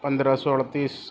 پندرہ سو اڑتیس